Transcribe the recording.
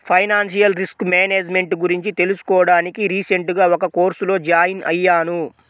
financial risk management గురించి తెలుసుకోడానికి recent గా ఒక కోర్సులో జాయిన్ అయ్యాను